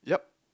yup